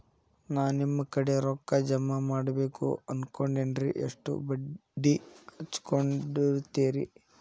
ನಾ ನಿಮ್ಮ ಕಡೆ ರೊಕ್ಕ ಜಮಾ ಮಾಡಬೇಕು ಅನ್ಕೊಂಡೆನ್ರಿ, ಎಷ್ಟು ಬಡ್ಡಿ ಹಚ್ಚಿಕೊಡುತ್ತೇರಿ?